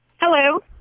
hello